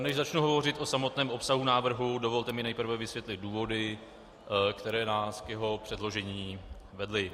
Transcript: Než začnu hovořit o samotném obsahu návrhu, dovolte mi nejprve vysvětlit důvody, které nás k jeho předložení vedly.